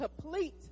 complete